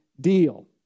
deal